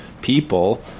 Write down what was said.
people